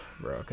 bro